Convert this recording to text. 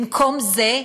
במקום זה,